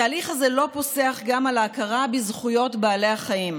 התהליך הזה לא פוסח גם על ההכרה בזכויות בעלי החיים,